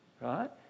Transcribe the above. right